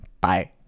bye